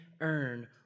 earn